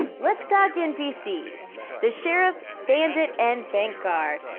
let's talk npcs the sheriff, bandit, and bank guard.